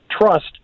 trust